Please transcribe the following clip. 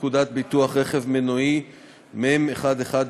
פקודת ביטוח רכב מנועי (נוסח חדש)